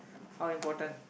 how important